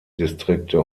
distrikte